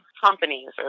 companies